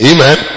Amen